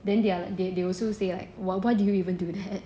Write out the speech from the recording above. then they are like they they will still say like !wah! why did you even do that